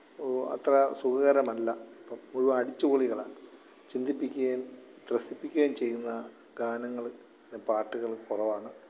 അത്ര സുഖകരമല്ല ഇപ്പം മുഴുവൻ അടിച്ചുപൊളികളാണ് ചിന്തിപ്പിക്കുകയും ത്രസിപ്പിക്കുകയും ചെയ്യുന്ന ഗാനങ്ങൾ അല്ലെങ്കിൽ പാട്ടുകൾ കുറവാണ്